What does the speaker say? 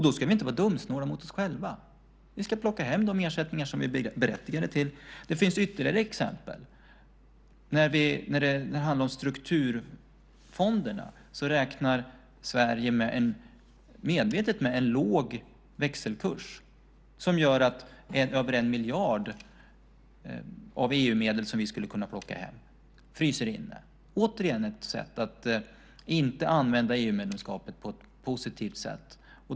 Då ska vi inte vara dumsnåla mot oss själva, utan vi ska plocka hem de ersättningar som vi är berättigade till. Det finns ytterligare exempel. När det handlar om strukturfonderna räknar Sverige medvetet med en låg växelkurs, vilket gör att över 1 miljard av EU-medel som vi skulle kunna plocka hem fryser inne - återigen ett sätt att inte använda EU-medlemskapet på ett positivt sätt.